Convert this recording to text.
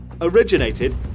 originated